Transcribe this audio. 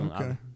okay